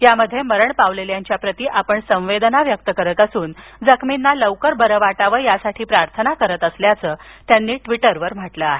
यामध्ये मरण पावलेल्यांच्या प्रती आपण संवेदना व्यक्त करीत असून जखमींना लवकर बरे वाटावे यासाठी प्रार्थना करत असल्याचं त्यांनी ट्वीटरवर म्हटलं आहे